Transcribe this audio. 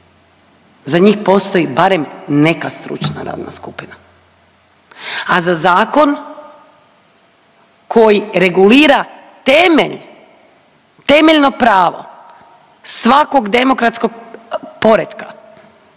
za njih postoji barem neka stručna radna skupina, a za zakon koji regulira temelj, temeljno pravo svakog demokratskog poretka,